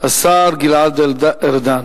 השר גלעד ארדן.